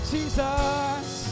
Jesus